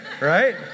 right